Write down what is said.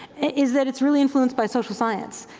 is that it's really influenced by social science,